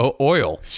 oil